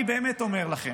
אני באמת אומר לכם,